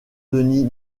denis